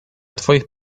twoich